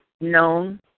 known